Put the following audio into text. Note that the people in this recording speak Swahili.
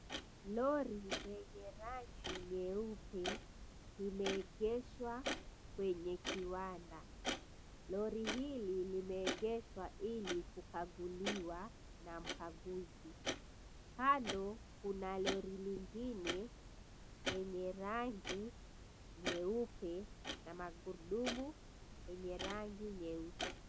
Lori lenye rangi nyeupe imeegeshwa kwenye kiwanda. Lori hili limeegeshwa ili kukaguliwa na mkaguzi. Kando kuna lori lingine yenye rangi nyeupe na magurudumu yenye rangi nyeusi.